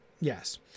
yes